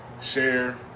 share